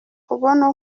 ubona